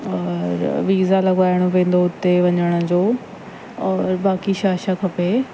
और वीज़ा लॻवाइणो पवंदो उते वञण जो और बाक़ी छा छा खपे